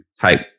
type